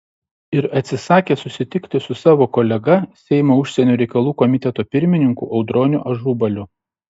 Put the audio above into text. ir atsisakė susitikti su savo kolega seimo užsienio reikalų komiteto pirmininku audroniu ažubaliu